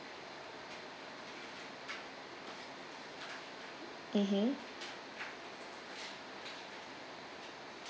mmhmm